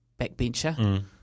backbencher